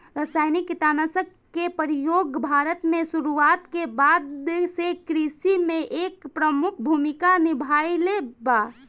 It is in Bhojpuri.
रासायनिक कीटनाशक के प्रयोग भारत में शुरुआत के बाद से कृषि में एक प्रमुख भूमिका निभाइले बा